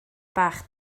bach